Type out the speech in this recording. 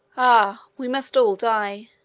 ah! we must all die!